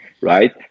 right